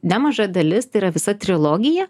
nemaža dalis tai yra visa trilogija